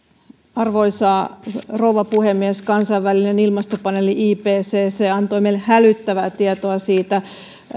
arvoisa rouva puhemies kansainvälinen ilmastopaneeli ipcc antoi meille hälyttävää tietoa siitä